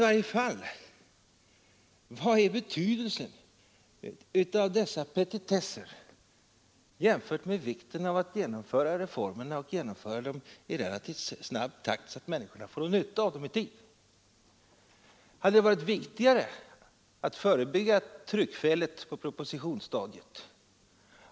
Vad är betydelsen av dessa petitesser jämfört med vikten av att genomföra reformerna och genomföra dem i relativt snabb takt, så att människorna får nytta av dem i tid. Hade det varit viktigare att förebygga tryckfelet på propositionsstadiet?